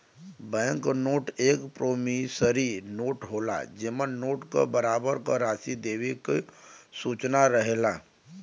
bank note एक promissory note होला जेमन नोट क बराबर क राशि देवे क सूचना रहेला